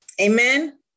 Amen